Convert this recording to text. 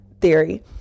theory